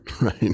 right